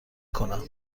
کنم